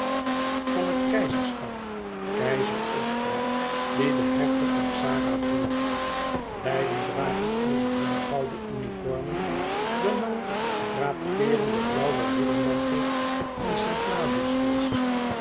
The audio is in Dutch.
van het keizerschap keizer oscar die den hertog van xara voert beiden dragen over hunne gouden uniformen de lange drapeerende blauwe riddermantels van st ladislas